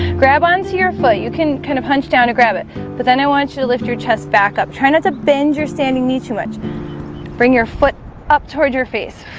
grab onto your foot you can kind of hunch down and grab it but then i want you to lift your chest back up. try not to bend your standing knee too much bring your foot up toward your face